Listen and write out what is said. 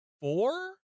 four